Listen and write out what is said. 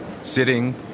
Sitting